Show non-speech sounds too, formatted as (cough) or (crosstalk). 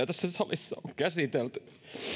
(unintelligible) tässä salissa on käsitelty